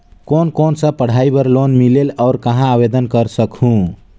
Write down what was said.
कोन कोन सा पढ़ाई बर लोन मिलेल और कहाँ आवेदन कर सकहुं?